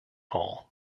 hall